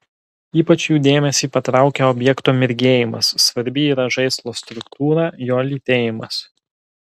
ypač jų dėmesį patraukia objekto mirgėjimas svarbi yra žaislo struktūra jo lytėjimas